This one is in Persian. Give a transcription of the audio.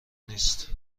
نیست